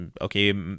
okay